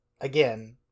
again